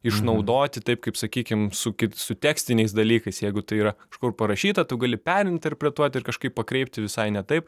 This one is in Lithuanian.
išnaudoti taip kaip sakykim su kit su tekstiniais dalykais jeigu tai yra kažkur parašyta tu gali perinterpretuot ir kažkaip pakreipti visai ne taip